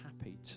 happy